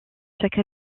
chaque